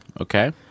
Okay